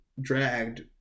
dragged